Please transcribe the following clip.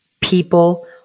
People